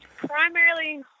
Primarily